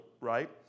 right